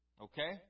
okay